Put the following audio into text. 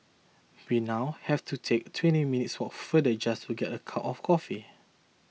we now have to take twenty minutes farther just to get a cup of coffee